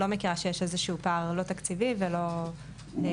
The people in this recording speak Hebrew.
אני לא מכירה איזשהו פער, לא תקציבי ולא מימושי.